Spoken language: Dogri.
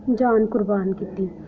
जान कुर्बान कीती